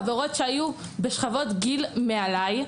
חברות שהיו בשכבות גיל מעליי,